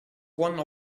one